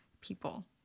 people